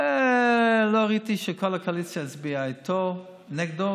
לא ראיתי שכל הקואליציה הצביעה נגדו,